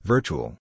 Virtual